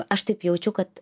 aš taip jaučiu kad